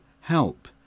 help